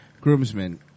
groomsmen